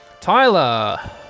Tyler